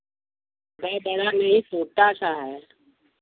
नहीं बड़ा नहीं छोटा सा है